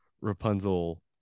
Rapunzel